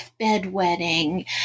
bedwetting